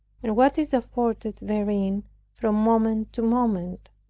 and what is afforded therein from moment to moment.